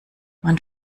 man